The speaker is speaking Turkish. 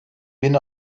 bin